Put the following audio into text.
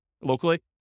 locally